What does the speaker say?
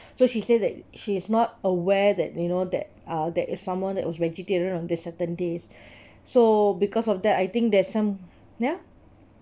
so she said that she is not aware that you know that ah that is someone that was vegetarian on these certain days so because of that I think there's some ya